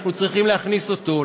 אנחנו צריכים להכניס אותו,